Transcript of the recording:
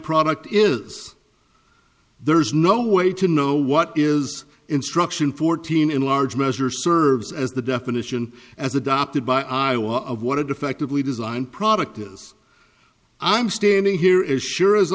product is there is no way to know what is instruction fourteen in large measure serves as the definition as adopted by io of what a defectively designed product is i'm standing here is sure as